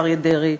אריה דרעי,